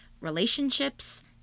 relationships